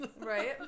right